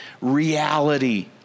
reality